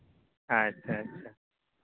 ᱟᱪᱪᱷᱟ ᱟᱪᱪᱷᱟ